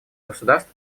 государств